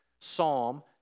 psalm